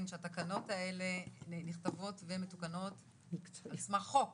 שהתקנות האלה נכתבות ומתוקנות על סמך חוק